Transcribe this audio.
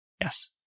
Yes